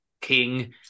king